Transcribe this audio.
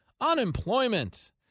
unemployment